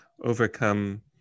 overcome